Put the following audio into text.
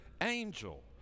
angel